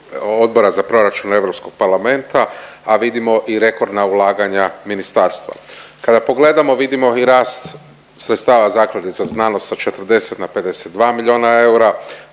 za proračun Europskog parlamenta a vidimo i rekordna ulaganja ministarstva. Kada pogledamo vidimo i rast sredstava Zaklade za znanost sa 40 na 52 milijona eura,